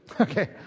Okay